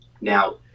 Now